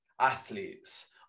athletes